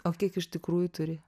o kiek iš tikrųjų turi